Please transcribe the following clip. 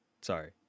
Sorry